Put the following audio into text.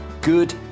good